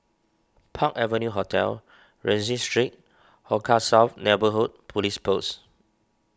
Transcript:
Park Avenue Hotel Rienzi Street Hong Kah South Neighbourhood Police Post